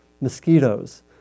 mosquitoes